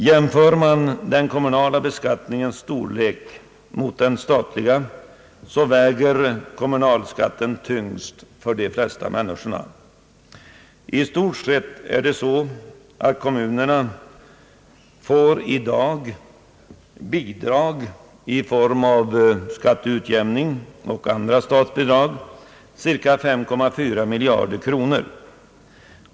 Jämför man den kommunala beskattningen med den statliga, så finner man att kommunalskatten väger tyngst för de flesta människorna. I stort sett får kommunerna i dag bidrag i form av skatteutjämning och andra statsbidrag på cirka 5,4 miljarder kronor.